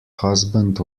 husband